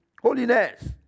Holiness